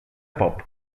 pop